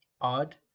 odd